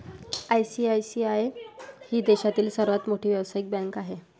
ICICI ही देशातील सर्वात मोठी व्यावसायिक बँक आहे